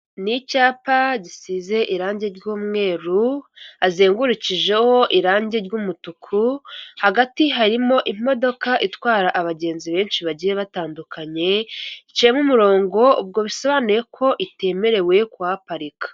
N'icyapa gisize irangi ry'umweru hazengurukijeho irangi ry'umutuku, hagati harimo imodoka itwara abagenzi benshi bagiye batandukanye haciyemo umurongo ubwo bisobanuye ko itemerewe kuhaparika.